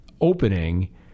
opening